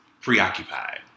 preoccupied